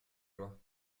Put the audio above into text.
loi